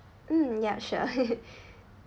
mm yup sure